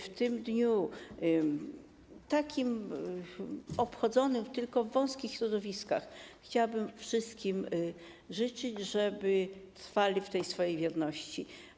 W tym dniu, obchodzonym tylko w wąskich środowiskach, chciałabym wszystkim życzyć, żeby trwali w tej swojej wierności.